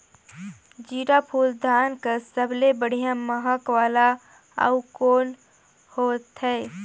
जीराफुल धान कस सबले बढ़िया महक वाला अउ कोन होथै?